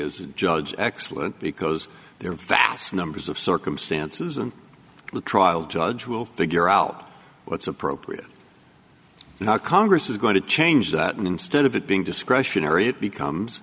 as judge excellent because there are vast numbers of circumstances and the trial judge will figure out what's appropriate and how congress is going to change that and instead of it being discretionary it becomes